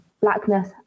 blackness